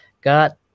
God